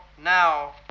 now